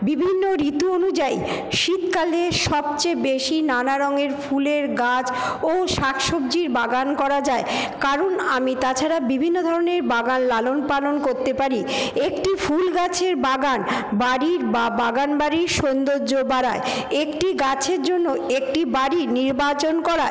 বিভিন্ন ঋতু অনুযায়ী শীতকালে সবচেয়ে বেশী নানা রঙের ফুলের গাছ ও শাকসবজির বাগান করা যায় কারণ আমি তাছাড়া বিভিন্ন ধরণের বাগান লালন পালন করতে পারি একটি ফুল গাছের বাগান বাড়ির বাগান বাড়ির সৌন্দর্য বাড়ায় একটি গাছের জন্য একটি বাড়ি নির্বাচন করা